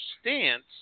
stance